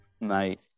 mate